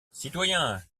citoyen